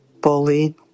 bullied